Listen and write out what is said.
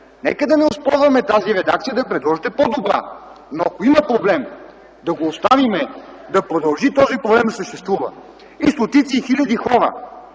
нека да не оспорваме тази редакция и да предложите по-добра. Но, ако има проблем, да го оставим да продължи да съществува и стотици, и хиляди хора,